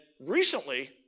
recently